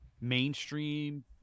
mainstream